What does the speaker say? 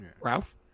Ralph